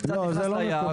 קצת נכנס ליער.